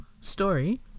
Story